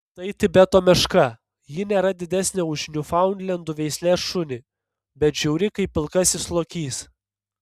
tai tibeto meška ji nėra didesnė už niūfaundlendų veislės šunį bet žiauri kaip pilkasis lokys